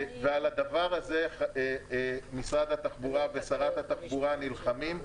ועל הדבר הזה משרד התחבורה ושרת התחבורה נלחמים.